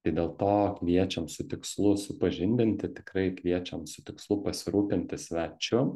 tai dėl to kviečiam su tikslu supažindinti tikrai kviečiam su tikslu pasirūpinti svečiu